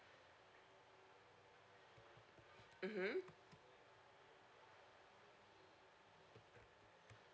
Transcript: mmhmm